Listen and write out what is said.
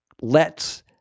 lets